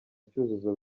cyuzuzo